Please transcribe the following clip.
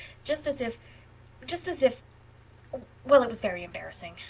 just as if just as if well, it was very embarrassing.